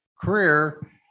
career